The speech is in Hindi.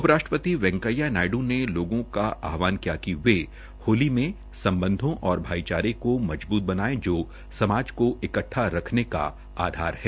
उपराष्ट्रपति वेंकैंया नायड्र ने लोगों का आहवान किया कि वे होली मे सम्बधों और भाईचारे को मजबूत बनाये जो समाज का इकट्ठा रखने का आधार है